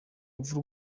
rupfu